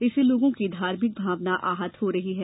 इससे लोगों की धार्मिक भावना आहत हो रही है